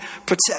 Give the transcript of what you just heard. protect